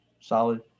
solid